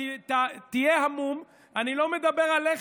תהיה המום, אני לא מדבר עליך.